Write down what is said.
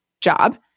job